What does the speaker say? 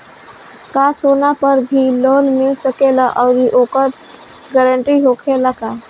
का सोना पर भी लोन मिल सकेला आउरी ओकर गारेंटी होखेला का?